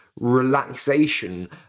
relaxation